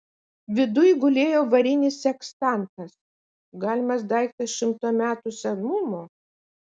viduj gulėjo varinis sekstantas galimas daiktas šimto metų senumo